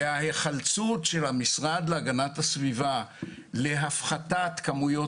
כל ההיחלצות של המשרד להגנת הסביבה להפחתת כמויות